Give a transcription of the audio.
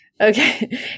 Okay